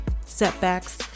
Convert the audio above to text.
setbacks